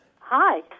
Hi